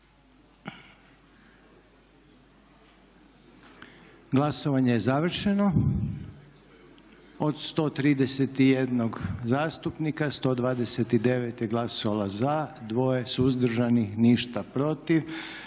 Glasovanje je završeno. Od 131 zastupnika 129 je glasalo za, 2 suzdržanih ništa protiv.